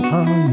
on